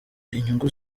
inyungu